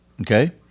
okay